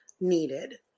needed